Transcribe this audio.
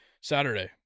Saturday